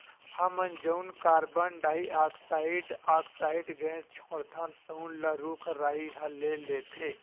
हमन जउन carbon dioxide oxide gas छोड़थन तउन ल रूख राई ह ले लेथे